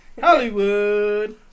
hollywood